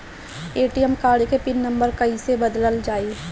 ATM card के pin number कईसे बदलल जाई?